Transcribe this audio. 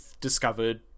discovered